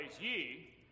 ye